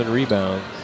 rebounds